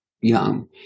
young